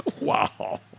Wow